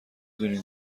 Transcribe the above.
دونین